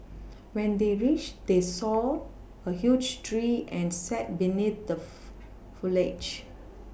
when they reached they saw a huge tree and sat beneath the foliage